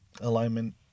alignment